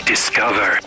Discover